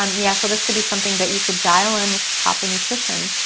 um yeah, so this could be something that you could dial in with proper nutrition.